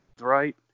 right